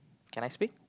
can I speak